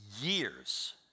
years